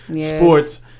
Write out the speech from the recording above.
Sports